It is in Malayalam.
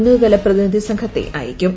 ഉന്നതതല പ്രതിനിധി സംഘത്തെ അയക്കും